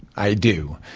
i do.